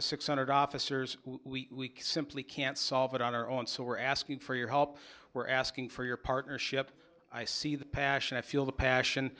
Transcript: six hundred officers we simply can't solve it on our own so we're asking for your help we're asking for your partnership i see the passion i feel the